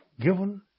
given